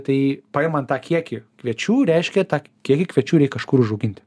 tai paimant tą kiekį kviečių reiškia tą kiekį kviečių reik kažkur užauginti